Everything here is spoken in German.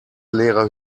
leere